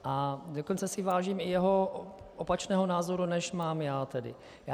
A dokonce si vážím i jeho opačného názoru, než mám já.